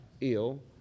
ill